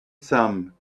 some